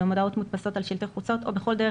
במודעות המודפסות על שלטי חוצות או בכל דרך